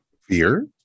Fear